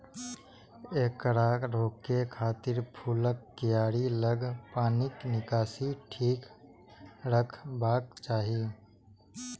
एकरा रोकै खातिर फूलक कियारी लग पानिक निकासी ठीक रखबाक चाही